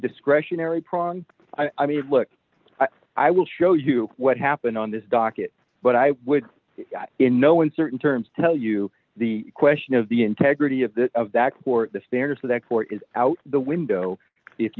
discretionary prong i mean look i will show you what happened on this docket but i would in no uncertain terms tell you the question of the integrity of the court the standard for that court is out the window if